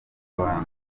abantu